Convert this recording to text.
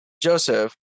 Joseph